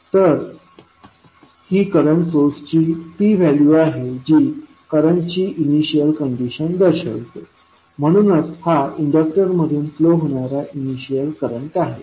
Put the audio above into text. तर हि current source ची ती व्हॅल्यू आहे जी करंटची इनिशियल कंडिशन दर्शवते म्हणजेच हा इंडक्टर मधून फ्लो होणारा इनिशियल करंट आहे